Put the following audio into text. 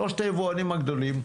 שלושת היבואנים הגדולים?